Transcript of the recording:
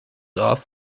off